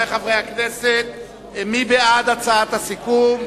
מי בעד הצעת הסיכום?